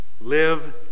live